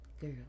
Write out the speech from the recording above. Girl